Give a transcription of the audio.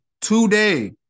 today